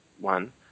one